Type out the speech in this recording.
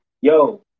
yo